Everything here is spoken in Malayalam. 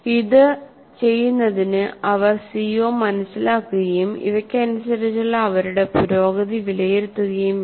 ഇത് ചെയ്യുന്നതിന് അവർ സിഒ മനസിലാക്കുകയും ഇവക്കനുസരിച്ചുള്ള അവരുടെ പുരോഗതി വിലയിരുത്തുകയും വേണം